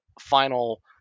final